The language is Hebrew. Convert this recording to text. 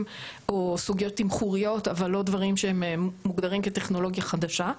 או סוגיות תמחוריות אבל לא דברים שהם מוגדרים כטכנולוגיה חדשה.